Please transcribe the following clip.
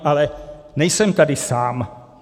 Ale nejsem tady sám.